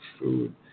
food